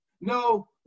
no